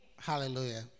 Hallelujah